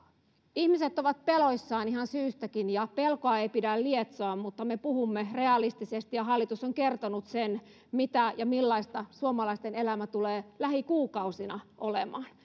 ihmiset ovat peloissaan ihan syystäkin pelkoa ei pidä lietsoa mutta me puhumme realistisesti ja hallitus on kertonut sen mitä ja millaista suomalaisten elämä tulee lähikuukausina olemaan